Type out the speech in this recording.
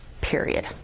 period